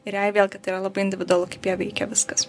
ir jai vėlgi tai yra labai individualu kaip ją veikia viskas